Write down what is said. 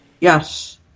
Yes